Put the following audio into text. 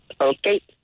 Okay